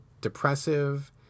depressive